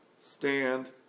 stand